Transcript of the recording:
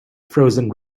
frozen